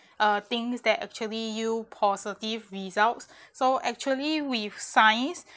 or things that actually you positive results so actually with size